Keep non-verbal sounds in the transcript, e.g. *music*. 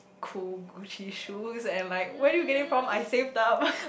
cool Gucci shoes and like where did you get it from I saved up *laughs*